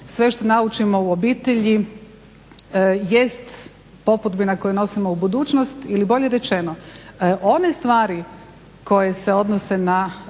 sve što naučimo u obitelji jest popudbina koju nosimo u budućnost ili bolje rečeno one stvari koje se odnose na